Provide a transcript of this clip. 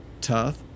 tough